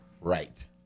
Right